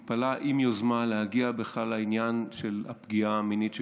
היא פעלה עם יוזמה להגיע בכלל לעניין של הפגיעה המינית שקרתה,